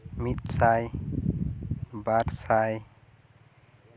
ᱢᱤᱫ ᱥᱟᱭ ᱵᱟᱨ ᱥᱟᱭ